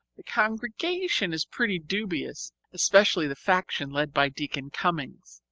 the congregation is pretty dubious, especially the faction led by deacon cummings.